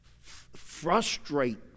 frustrate